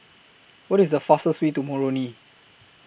What IS The fastest Way to Moroni